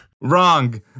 Wrong